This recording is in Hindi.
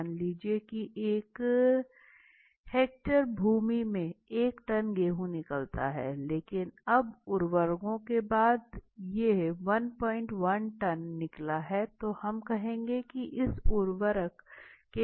मान लीजिए कि एक हेक्टेयर भूमि में एक टन गेहूं निकलता है लेकिन अब उर्वरकों के बाद 11 टन निकला है तो हम कहेंगे की इस उर्वरक के कारण वृद्धि हुई है